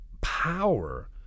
power